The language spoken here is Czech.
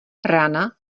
rána